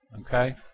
okay